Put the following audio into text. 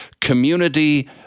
community